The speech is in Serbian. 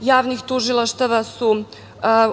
javnih tužilaštava su